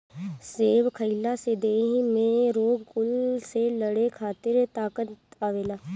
सेब खइला से देहि में रोग कुल से लड़े खातिर ताकत आवेला